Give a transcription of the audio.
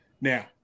Now